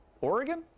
Oregon